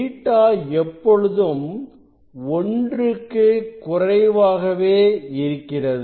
beta எப்பொழுதும் ஒன்றுக்கு குறைவாகவே இருக்கிறது